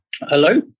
Hello